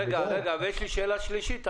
שאלה שלישית.